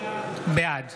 בעד